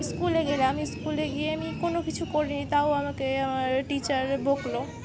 স্কুলে গেলে আমি স্কুলে গিয়ে আমি কোনো কিছু করিনি তাও আমাকে আমার টিচার বকলো